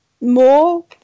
more